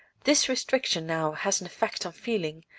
this restriction now has an effect on feeling,